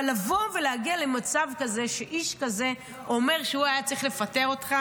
אבל לבוא ולהגיע למצב כזה שאיש כזה אומר שהוא היה צריך לפטר אותך,